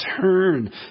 turn